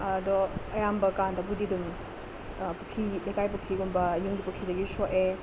ꯑꯗꯣ ꯑꯌꯥꯝꯕ ꯀꯥꯟꯅꯕꯨꯗꯤ ꯑꯗꯨꯝ ꯄꯨꯈꯤ ꯂꯩꯀꯥꯏ ꯄꯨꯈꯤꯒꯨꯝꯕ ꯌꯨꯝꯒꯤ ꯄꯨꯈꯤꯗꯒꯤ ꯁꯣꯛꯑꯦ